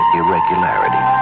irregularity